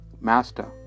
Master